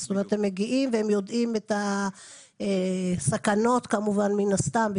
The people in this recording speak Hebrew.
זאת אומרת הם מגיעים והם יודעים את הסכנות מן הסתם,